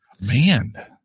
man